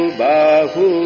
bahu